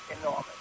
enormous